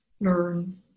learn